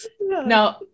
no